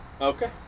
Okay